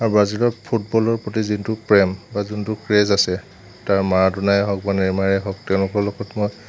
আৰু ব্ৰাজিলত ফুটবলৰ প্ৰতি যিটো প্ৰেম বা যোনটো ক্ৰেজ আছে তাৰ মাৰাডোনায়ে হওঁক বা নেইমাৰে হওঁক তেওঁলোকৰ লগত মই